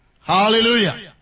Hallelujah